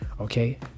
Okay